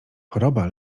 choroba